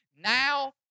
Now